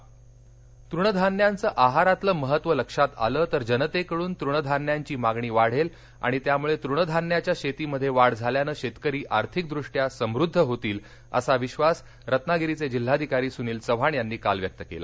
धान्य तृणधान्यांचं आहारातलं महत्व लक्षात आलं तर जनतेकडून तृणधान्यांची मागणी वाढेल आणि त्यामुळे तृणधान्याच्या शेतीमध्ये वाढ झाल्यानं शेतकरी आर्थिकदृष्टया समृद्ध होतील असा विश्वास रत्नागिरीचे जिल्हाधिकारी सुर्नील चव्हाण यांनी काल व्यक्त केला